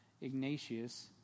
Ignatius